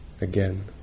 again